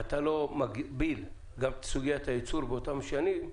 ואתה לא מגביל גם את סוגיית הייצור באותן שנים,